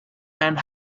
and